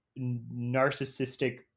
narcissistic